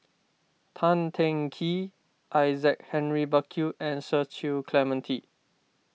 Tan Teng Kee Isaac Henry Burkill and Cecil Clementi